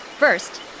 First